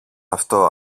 αυτό